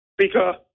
Speaker